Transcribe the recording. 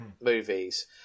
movies